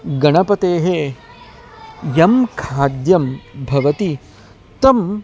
गणपतेः यं खाद्यं भवति तं